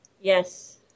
Yes